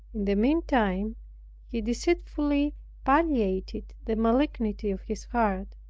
in the meantime he deceitfully palliated the malignity of his heart,